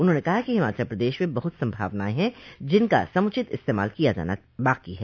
उन्होंने कहा कि हिमाचल प्रदश में बहुत संभावनाएं हैं जिनका समुचित इस्तेमाल किया जाना बाकी है